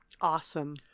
Awesome